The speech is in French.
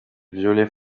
violet